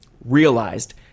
realized